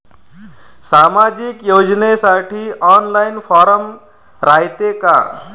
सामाजिक योजनेसाठी online form रायते का?